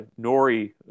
Nori